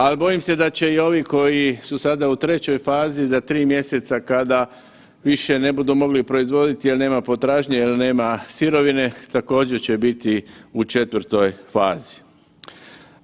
Ali bojim se da će i ovi koji su sada u trećoj fazi za 3 mjeseca kada više ne budu mogli proizvoditi jer nema potražnje, jer nema sirovine također će biti u četvrtoj fazi.